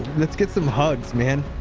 let's get some hugs man.